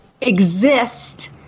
exist